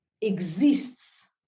exists